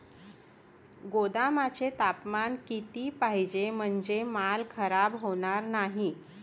गोदामाचे तापमान किती पाहिजे? म्हणजे माल खराब होणार नाही?